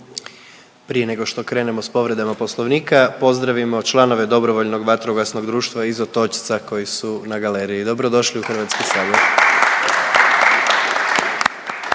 Prije nego što krenemo s povredama Poslovnika pozdravimo članove Dobrovoljnog vatrogasnog društva iz Otočca koji su na galeriji. Dobro došli u Hrvatski sabor.